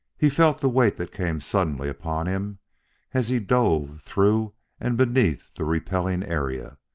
he felt the weight that came suddenly upon him as he drove through and beneath the repelling area,